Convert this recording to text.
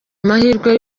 amahirwe